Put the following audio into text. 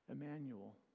Emmanuel